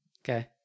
Okay